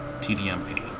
TDMP